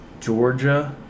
Georgia